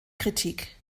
kritik